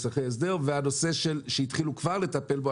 שכבר התחילו לטפל בו,